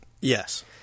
Yes